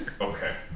Okay